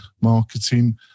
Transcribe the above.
marketing